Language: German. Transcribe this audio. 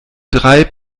drei